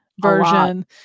version